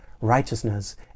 Righteousness